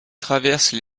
traverse